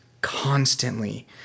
constantly